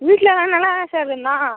வீட்டிலலாம் நல்லா தான் சார் இருந்தான்